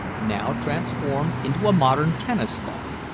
now transformed into a modern tennis-lawn.